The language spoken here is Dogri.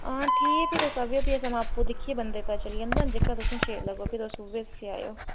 हां ठीक ऐ जे तुस आगेओ तां आपूं दिक्खियै बंदे गी पता चली जंदा नी फ्ही जेह्का तुसेंगी शैल लग्गग फ्ही तुस उ'ऐ सेयाएओ